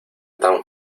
tan